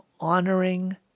honoring